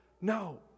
no